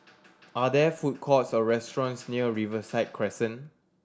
are there food courts or restaurants near Riverside Crescent